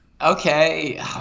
Okay